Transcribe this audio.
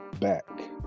back